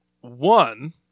One